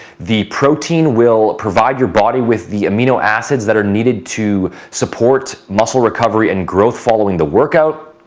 the protein will provide your body with the amino acids that are needed to support muscle recovery and growth following the workout.